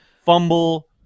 fumble